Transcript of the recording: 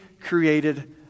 created